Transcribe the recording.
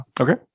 Okay